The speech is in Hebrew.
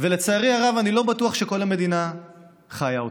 ולצערי הרב אני לא בטוח שכל המדינה חיה אותו,